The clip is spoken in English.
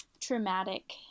traumatic